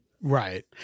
Right